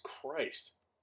Christ